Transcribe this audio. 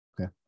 Okay